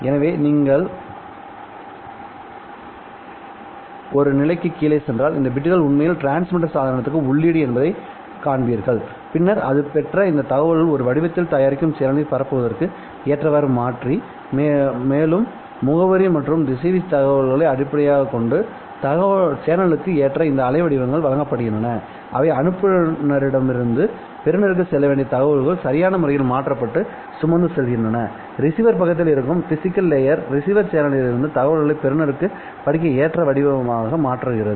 எனவே நீங்கள் ஒரு நிலைக்கு கீழே சென்றால் இந்த பிட்கள் உண்மையில் டிரான்ஸ்மிட்டர் சாதனத்திற்கு உள்ளீடு என்பதை நீங்கள் காண்பீர்கள் பின்னர் அது பெற்ற இந்த தகவலை ஒரு வடிவத்தில் தயாரிக்கும் சேனலில் பரப்புவதற்கு ஏற்றவாறு மாற்றிமேலும் முகவரி மற்றும் திசைவி தகவல்களை அடிப்படையாகக் கொண்டு சேனலுக்கு ஏற்ற இந்த அலைவடிவங்கள் வழங்கப்படுகின்றன அவை அனுப்புநரிடமிருந்து பெறுநருக்கு செல்ல வேண்டிய தகவல்கள் சரியான முறையில் மாற்றப்பட்டு சுமந்து செல்கின்றன ரிசீவர் பக்கத்தில் இருக்கும் பிசிகல் லேயர் ரிசீவர் சேனலில் இருந்து தகவல்களை பெறுநருக்குப் படிக்க ஏற்ற படிவமாக மாற்றுகிறது